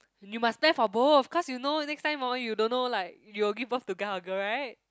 you must plan for both cause you know next time hor you don't know like you will give birth to guy or girl right